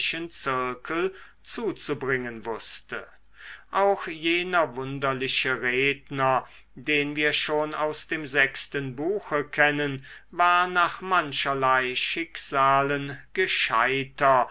zuzubringen wußte auch jener wunderliche redner den wir schon aus dem sechsten buche kennen war nach mancherlei schicksalen gescheiter